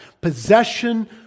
Possession